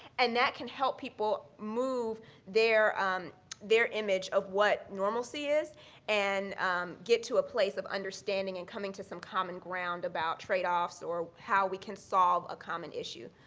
and that can help people move their um their image of what normalcy is and get to a place of understanding and coming to some common ground about trade-offs or how we can solve a common issue.